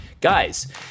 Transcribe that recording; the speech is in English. Guys